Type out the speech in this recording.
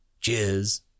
Cheers